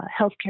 healthcare